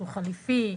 הוא חליפי?